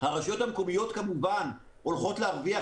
הרשויות המקומיות, כמובן הולכות להרוויח.